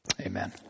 amen